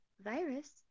virus